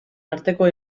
arteko